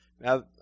Now